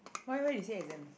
why why you say exam